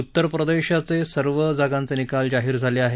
उत्तरप्रदेश सर्व जागांचे निकाल जाहीर झाले आहेत